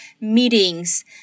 meetings